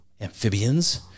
amphibians